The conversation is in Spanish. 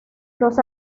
los